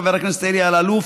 חבר הכנסת אלי אלאלוף,